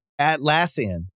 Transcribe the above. Atlassian